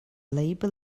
labor